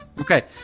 okay